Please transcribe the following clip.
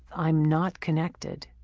i'm not connected.